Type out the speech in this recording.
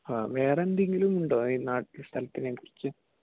ആ വേറെ എന്തെങ്കിലും ഉണ്ടോ ഈ നാട്ടിലെ സ്ഥലത്തിനെ കുറിച്ച്